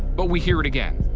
but we hear it again.